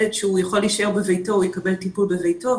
יש שיכול להישאר בביתו יקבל טיפול בביתו,